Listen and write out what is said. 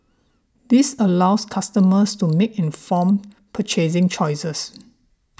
this allows customers to make informed purchasing choices